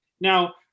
now